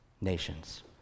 nations